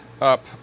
up